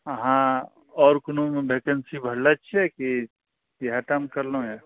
अहाँ आओर कोनोमे भेकेन्सी भरने छियै की इहए टामे कयलहुॅं हें